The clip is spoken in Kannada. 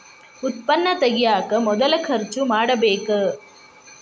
ಉತ್ಪನ್ನಾ ತಗಿಯಾಕ ಮೊದಲ ಖರ್ಚು ಮಾಡಬೇಕ